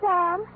Sam